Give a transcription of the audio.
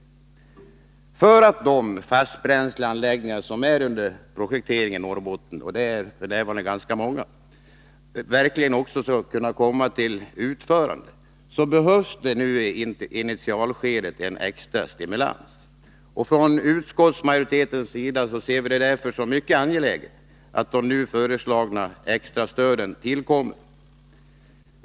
7; För att de fastbränsleanläggningar som är under projektering i Norrbotten —och det är f. n. ganska många — verkligen skall komma till utförande behövs i initialskedet en extra stimulans. Utskottsmajoriteten ser det därför som mycket angeläget att det nu föreslagna extra stödet tillkommer.